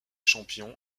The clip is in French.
champions